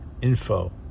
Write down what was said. info